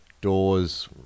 doors